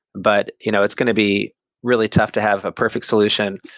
but you know it's going to be really tough to have a perfect solution.